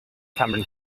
cameron